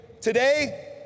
today